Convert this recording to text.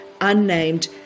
unnamed